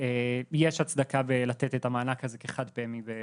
יש הצדקה בלתת את המענק הזה כחד פעמי ב-2023.